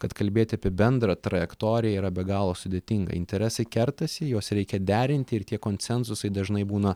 kad kalbėt apie bendrą trajektoriją yra be galo sudėtinga interesai kertasi juos reikia derinti ir tie konsensusai dažnai būna